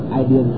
idea